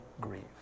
grieve